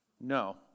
No